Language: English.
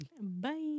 Bye